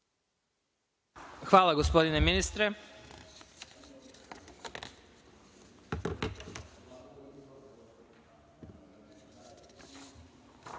Hvala, gospodine ministre. Na